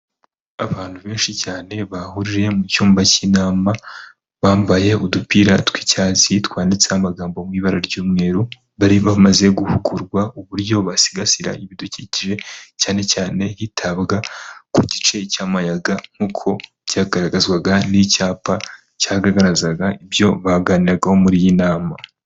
Abantu benshi cyane bahuriye mu cyumba cy'inama, bambaye udupira tw'icyatsi twanditseho amagambow mu ibara ry'umweru, bari bamaze guhugurwa uburyo basigasira ibidukikije, cyane cyane hitabwaga ku gice cy'amayaga nk'uko cyagaragazwaga n'icyapa cyagaragazaga ibyo baganiragaho muri iyi nama.